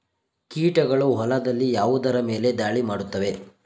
ಕೀಟಗಳು ಹೊಲದಲ್ಲಿ ಯಾವುದರ ಮೇಲೆ ಧಾಳಿ ಮಾಡುತ್ತವೆ?